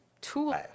tools